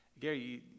Gary